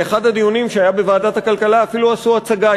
מאחד הדיונים שהיה בוועדת הכלכלה אפילו עשו הצגה.